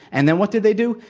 and then, what did they do?